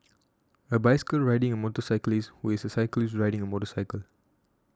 a bicycle riding a motorcyclist who is a cyclist riding a motorcycle